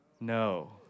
No